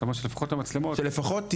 אתה אומר שלפחות המצלמות.